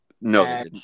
No